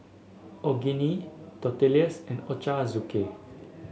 Onigiri Tortillas and Ochazuke